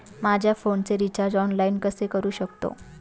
माझ्या फोनचे recharge online कसे करू शकतो?